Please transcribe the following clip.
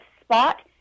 spot